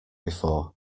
before